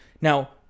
Now